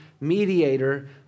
mediator